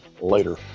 Later